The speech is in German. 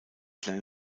kleine